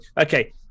okay